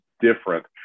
different